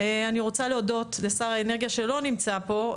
אני רוצה להודות לשר האנרגיה שלא נמצא פה,